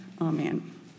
amen